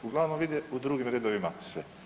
Uglavnom vide u drugim redovima sve.